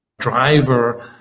driver